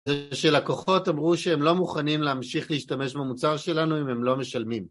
שלקוחות אמרו שהם לא מוכנים להמשיך להשתמש במוצר שלנו אם הם לא משלמים.